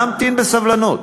נא המתן בסבלנות.